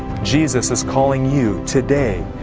jesus is calling you today.